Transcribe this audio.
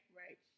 right